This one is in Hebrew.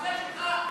סליחה,